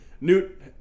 Newt